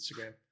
Instagram